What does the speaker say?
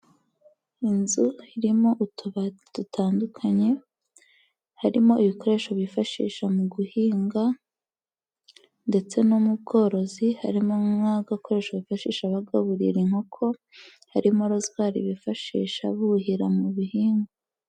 Inzu irimo utubati dutandukanye, harimo ibikoresho bifashisha mu guhinga ndetse no mu bworozi, harimo nk'agakoresho bifashisha bagaburira inkoko, harimo rozwari bifashisha buhira mu bihingwa.